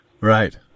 Right